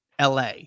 LA